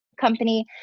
company